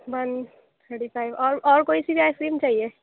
one thirty five اور اور کوئی سی بھی آئس کریم چاہیے